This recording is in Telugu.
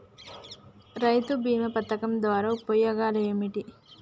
రైతు బీమా పథకం ద్వారా ఉపయోగాలు ఏమిటి?